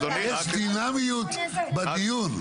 יש דינמיות בדיון.